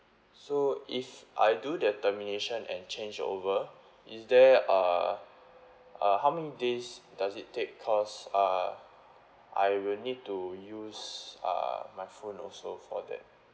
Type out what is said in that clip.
so if I do the termination and change over is there uh uh how many days does it take because uh I will need to use uh my phone also for that